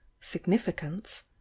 significance